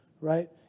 right